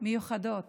מיוחדות